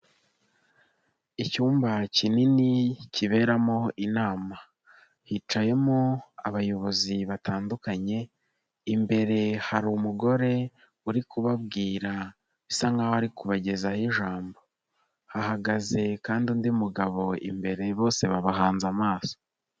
Icyumba kinini kiberamo inama, hicayemo abayobozi batandukanye imbere hari umugore uri kubabwira bisa nk'aho ari kubagezaho ijambo, hahagaze kandi undi mugabo imbere bose babahanze amaso.